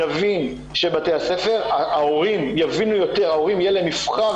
נבין שלהורים יהיה יותר מבחר,